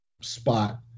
spot